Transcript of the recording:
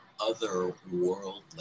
otherworldly